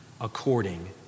according